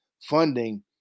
funding